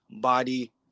body